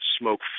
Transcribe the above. smoke